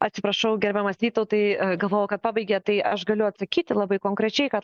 atsiprašau gerbiamas vytautai galvojau kad pabaigėt tai aš galiu atsakyti labai konkrečiai kad